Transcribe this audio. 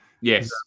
yes